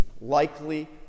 likely